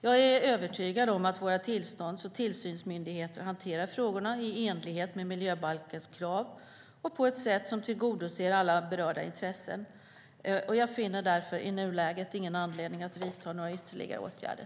Jag är övertygad om att våra tillstånds och tillsynsmyndigheter hanterar frågorna i enlighet med miljöbalkens krav och på ett sätt som tillgodoser alla berörda intressen. Jag finner därför i nuläget ingen anledning att vidta några ytterligare åtgärder.